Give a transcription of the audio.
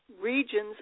regions